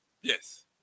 Yes